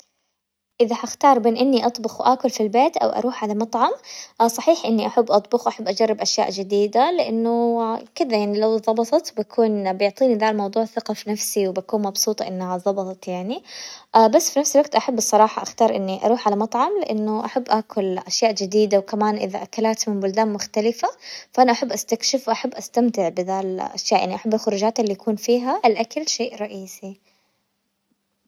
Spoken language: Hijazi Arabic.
اذا حختار بين اني اطبخ واكل في البيت او اروح على مطعم، صحيح اني احب اطبخ واحب اجرب اشياء جديدة لانه كذا يعني لو ظبطت بكون بيعطيني ذا الموضوع ثقة في نفسي، وبكون مبسوطة انه عظبطت يعني، بس في نفس الوقت احب الصراحة اختار اني اروح على مطعم لانه احب اكل اشياء جديدة، وكمان اذا اكلات من بلدان مختلفة، فانا احب استكشف واحب استمتع بذا الاشياء يعني، احب الخروجات اللي يكون فيها الاكل شيء رئيسي.